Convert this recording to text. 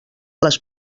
les